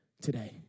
today